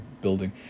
building